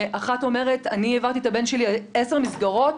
ואחת אומרת: אני העברתי את הבן שלי עשר מסגרות,